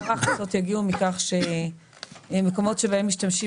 כמה הכנסות יגיעו מכך שמקומות שבהם משתמשים